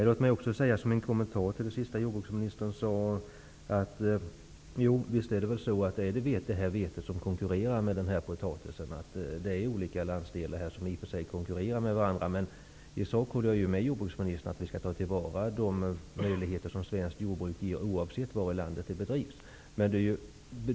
Låt mig också som en kommentar till det sista jordbruksministern sade få säga: Jo, visst är det väl vetet som konkurrerar med potatisen, och det är olika landsdelar som här konkurrerar med varandra. Men i sak håller jag med jordbruksministern om att vi skall ta till vara de möjligheter som svenskt jordbruk ger, oavsett var i landet jordbruket bedrivs.